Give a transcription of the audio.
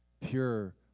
pure